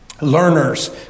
Learners